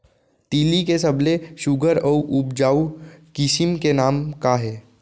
तिलि के सबले सुघ्घर अऊ उपजाऊ किसिम के नाम का हे?